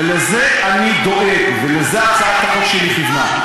ולזה אני דואג, ולזה הצעת החוק שלי כיוונה.